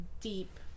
deep